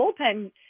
bullpen